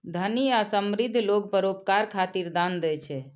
धनी आ समृद्ध लोग परोपकार खातिर दान दै छै